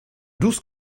douze